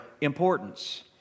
importance